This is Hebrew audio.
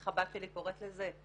איך הבת שלי קוראת לזה,